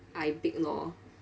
I bake lor